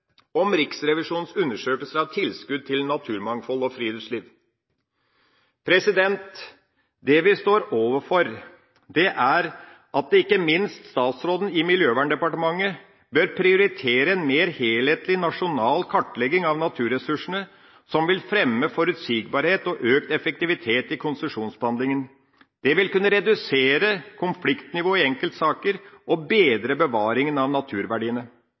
om Riksrevisjonens undersøkelse av tilskudd til naturmangfold og friluftsliv. Det vi står overfor, gjør at ikke minst statsråden i Klima- og miljødepartementet bør prioritere en mer helhetlig, nasjonal kartlegging av naturressursene, noe som vil fremme forutsigbarhet og økt effektivitet i konsesjonsbehandlinga. Det vil kunne redusere konfliktnivået i enkeltsaker og bedre bevaringa av naturverdiene.